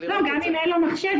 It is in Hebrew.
גם אם אין לו מחשב,